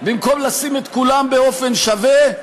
במקום לשים את כולם באופן שווה,